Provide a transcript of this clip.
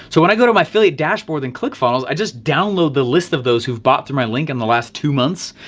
so when i go to my affiliate dashboard in clickfunnels, i just download the list of those who've bought through my link in the last two months.